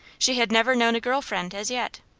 she had never known a girl friend, as yet.